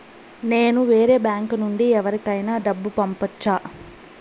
నేను వేరే బ్యాంకు నుండి ఎవరికైనా డబ్బు పంపొచ్చా?